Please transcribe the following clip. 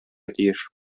тиеш